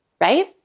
right